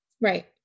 right